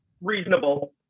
Reasonable